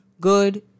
good